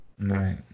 right